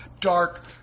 dark